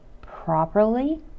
properly